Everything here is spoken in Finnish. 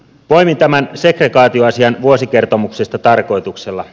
poimin tämän segregaatioasian vuosikertomuksesta tarkoituksella